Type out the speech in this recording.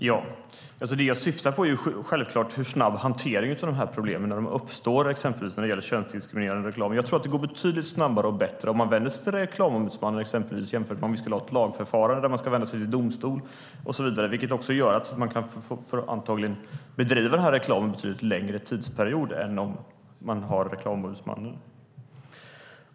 Herr talman! Det jag syftar på är självklart hur snabb hanteringen av de här problemen kan vara när de uppstår, exempelvis när det gäller könsdiskriminerande reklam. Jag tror att det går betydligt snabbare och bättre om man vänder sig till exempelvis Reklamombudsmannen jämfört med om vi skulle ha ett lagförfarande, där man ska vända sig till domstol och så vidare, vilket också gör att man antagligen bedriver denna reklam en betydligt längre tidsperiod än om vi har en reklamombudsman.